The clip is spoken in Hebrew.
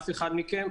אף אחד מכם,